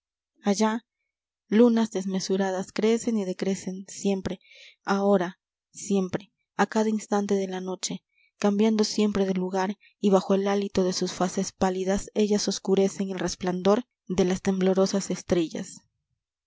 allá lunas desmesuradas crecen y decrecen siempre ahora siempre a cada instante de la noche cambiando siempre de lugar y bajo el hálito de sus faces pálidas ellas oscurecen el resplandor de las temblorosas estrellas